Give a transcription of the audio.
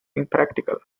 impractical